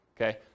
okay